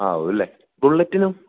ആവും അല്ലേ ബുള്ളറ്റിനോ